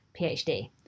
PhD